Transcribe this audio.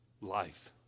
life